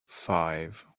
five